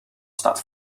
staat